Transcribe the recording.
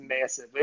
massive